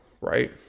right